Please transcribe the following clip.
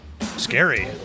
Scary